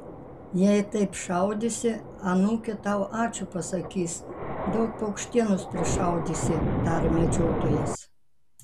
jei taip šaudysi anūkė tau ačiū pasakys daug paukštienos prišaudysi tarė medžiotojas